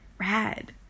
Rad